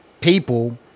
people